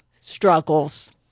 struggles